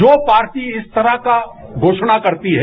जो पार्टी इस तरह का घोषणा करती है